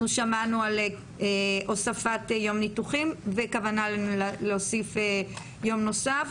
אנחנו שמענו על הוספת יום ניתוחים וכוונה להוסיף יום נוסף.